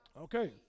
Okay